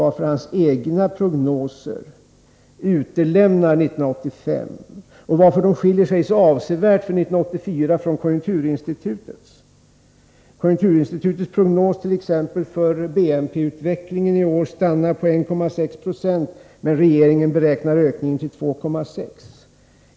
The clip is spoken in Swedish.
varför hans egna prognoser utelämnar 1985 och skiljer sig så avsevärt från konjunkturinstitutets? Konjunkturinstitutets prognos för BNP stannar på 1,6 20, men regeringen beräknar ökningen till 2,6 2.